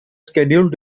scheduled